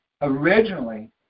originally